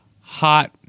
hot